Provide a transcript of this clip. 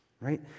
Right